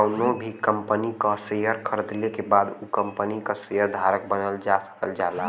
कउनो भी कंपनी क शेयर खरीदले के बाद उ कम्पनी क शेयर धारक बनल जा सकल जाला